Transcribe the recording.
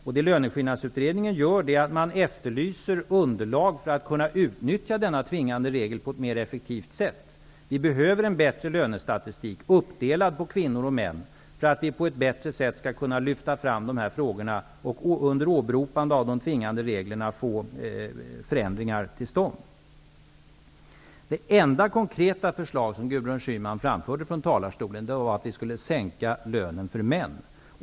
Det som Löneskillnadsutredningen gör är att efterlysa underlag för att kunna utnyttja denna tvingande regel på ett mera effektivt sätt. Vi behöver en bättre lönestatistik, uppdelad på kvinnor och män, för att på ett bättre sätt kunna lyfta fram de här frågorna och, under åberopande av de tvingande reglerna, få förändringar till stånd. Det enda konkreta förslag som Gudrun Schyman framförde från talarstolen var att vi skulle sänka lönen för män.